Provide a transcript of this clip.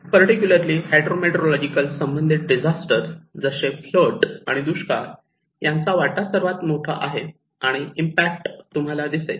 particularly hydro meteorological संबंधित disaster जसे flood आणि दुष्काळ यांचा सर्वात मोठा वाटा आणि इम्पॅक्ट तुम्हाला दिसेल